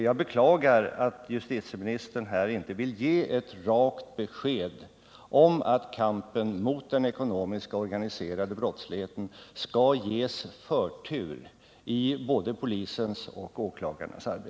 Jag beklagar att justitieministern här inte vill ge ett rakt besked om att kampen mot den ekonomiska och den organiserade brottsligheten skall ges förtur i både polisens och åklagarnas arbete.